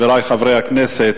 חברי חברי הכנסת,